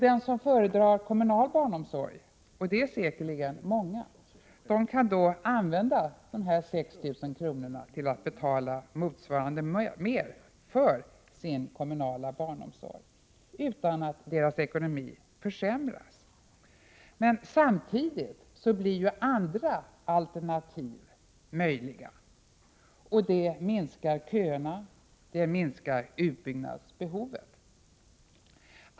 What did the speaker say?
Den som föredrar kommunal barnomsorg, och det är säkerligen många, kan då använda de här 6 000 kronorna till att betala mer för sin kommunala barnomsorg utan att ekonomin försämras. Samtidigt underlättas andra alternativ, vilket minskar köerna och utbyggnadsbehovet.